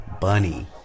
Bunny